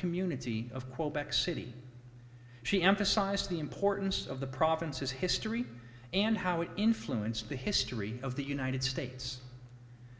community of quebec city she emphasized the importance of the province's history and how it influenced the history of the united states